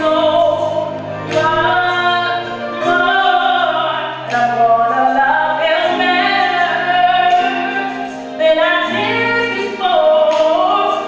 no no no no no no no